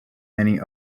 many